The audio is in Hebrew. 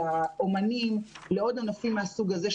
לאמנים ולעוד ענפים מהסוג הזה,